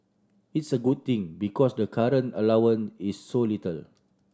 it's a good thing because the current allowance is so little